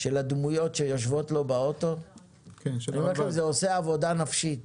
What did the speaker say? של הדמויות שיושבות לו באוטו זה עושה עבודה נפשית,